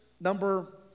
number